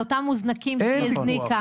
על אותם מוזנקים שהיא הזניקה,